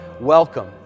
welcome